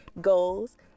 goals